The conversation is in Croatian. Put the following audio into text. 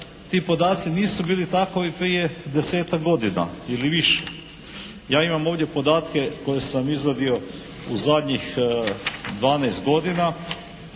ti podaci nisu bili takovi prije desetak godina ili više. Ja imam ovdje podatke koje sam izvadio u zadnjih 12 godina,